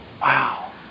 Wow